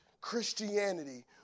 Christianity